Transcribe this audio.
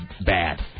bad